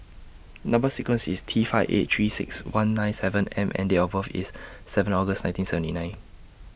Number sequence IS T five eight three six one nine seven M and Date of birth IS seven August nineteen seventy nine